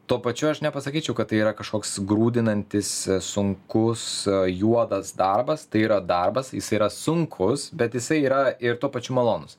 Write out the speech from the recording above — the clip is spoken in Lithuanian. tuo pačiu aš nepasakyčiau kad tai yra kažkoks grūdinantis sunkus juodas darbas tai yra darbas jis yra sunkus bet jisai yra ir tuo pačiu malonus